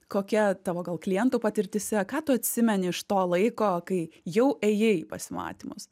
kokia tavo gal klientų patirtyse ką tu atsimeni iš to laiko kai jau ėjai į pasimatymus